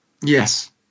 Yes